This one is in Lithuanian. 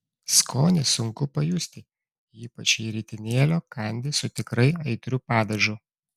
skonį sunku pajusti ypač jei ritinėlio kandi su tikrai aitriu padažu